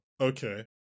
okay